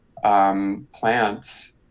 plants